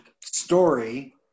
story